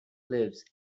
lives